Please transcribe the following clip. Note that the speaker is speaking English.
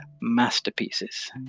masterpieces